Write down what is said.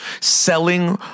selling